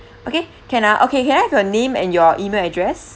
okay can ah okay can I have your name and your email address